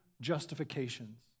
justifications